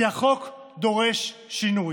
כי החוק דורש שינוי,